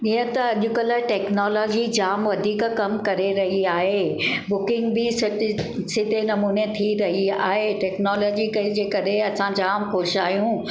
जीअं त अॼुकल्ह टेक्नोलॉजी जाम वधीक कम करे रही आहे बुकिंग बि सिधे नमूने थी रही आहे टेक्नोलॉजी कंहिंजे कॾे असां जाम ख़ुशि आहियूं